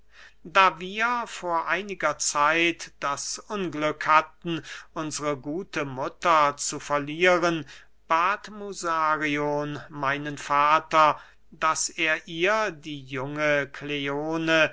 da wir vor einiger zeit das unglück hatten unsre gute mutter zu verlieren bat musarion meinen vater daß er ihr die junge kleone